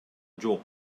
жок